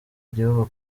gihugu